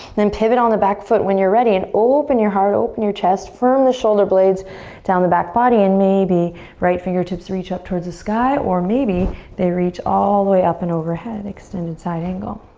then pivot on the back foot when you're ready and open your heart, open your chest, firm the shoulder blades down the back body, and maybe right fingertips reach up towards the sky or maybe they reach all the way up and overhead, extended side angle.